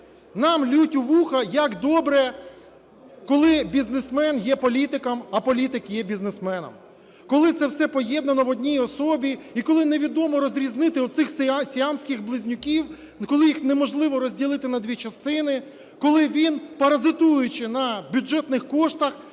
нам ллють у вуха, як добре, коли бізнесмен є політиком, а політик є бізнесменом, коли це все поєднано в одній особі і коли невідомо розрізнити оцих сіамських близнюків, коли їх неможливо розділити на дві частини, коли він, паразитуючи на бюджетних коштах,